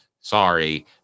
Sorry